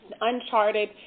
uncharted